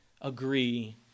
agree